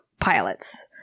pilots